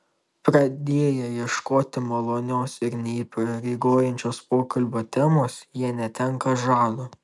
pradėję ieškoti malonios ir neįpareigojančios pokalbio temos jie netenka žado